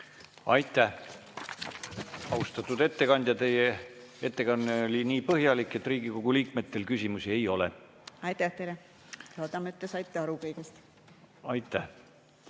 Aitäh! Austatud ettekandja, teie ettekanne oli nii põhjalik, et Riigikogu liikmetel küsimusi ei ole. Aitäh teile! Loodan, et te saite kõigest aru. Aitäh